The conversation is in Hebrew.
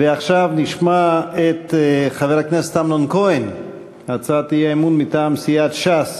ועכשיו נשמע את חבר הכנסת אמנון כהן בהצעת האי-אמון מטעם סיעת ש"ס: